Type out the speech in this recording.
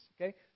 okay